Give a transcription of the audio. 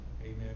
Amen